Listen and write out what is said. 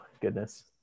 Goodness